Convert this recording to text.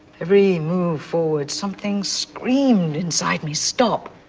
every move forward, something screamed inside me stop.